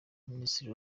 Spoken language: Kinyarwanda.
minisitiri